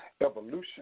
Evolution